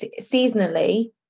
seasonally